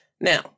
Now